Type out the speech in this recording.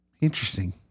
Interesting